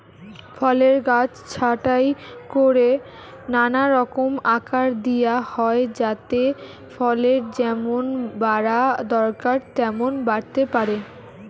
ফলের গাছ ছাঁটাই কোরে নানা রকম আকার দিয়া হয় যাতে ফলের যেমন বাড়া দরকার তেমন বাড়তে পারে